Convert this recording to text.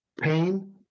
Pain